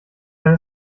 wenn